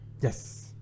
Yes